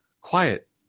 quiet